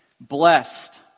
blessed